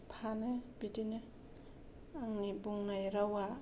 फानो बिदिनो आंनि बुंनाय रावा